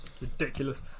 Ridiculous